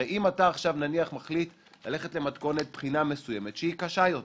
הרי אם אתה עכשיו נניח מחליט ללכת למתכונת בחינה מסוימת שהיא קשה יותר